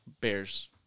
bears